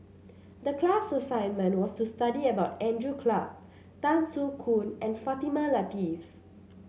the class assignment was to study about Andrew Clarke Tan Soo Khoon and Fatimah Lateef